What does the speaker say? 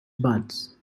birds